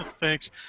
Thanks